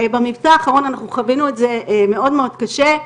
האחרון מאוד מאוד קשה.